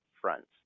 fronts